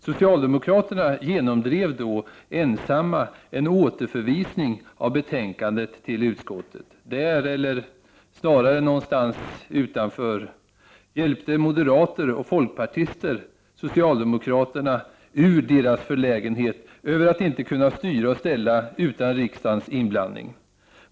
Socialdemokraterna genomdrev ensamma en återförvisning av betänkandet till utskottet. Där, eller snarare någonstans utanför, hjälpte moderater och folkpartister socialdemokraterna ur deras förlägenhet över att inte kunna styra och ställa utan riksdagens inblandning.